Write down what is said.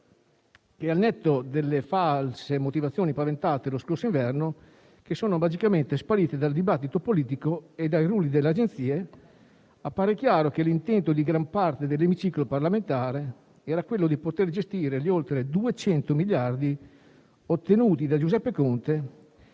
Al netto delle false motivazioni presentate lo scorso inverno, magicamente sparite dal dibattito politico e dai rulli delle agenzie, appare chiare che l'intento di gran parte dell'emiciclo parlamentare era quello di poter gestire gli oltre 200 miliardi ottenuti da Giuseppe Conte